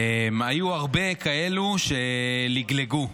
היו הרבה כאלו שלגלגו,